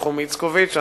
נחום איצקוביץ.